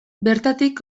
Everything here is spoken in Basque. bertatik